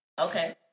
Okay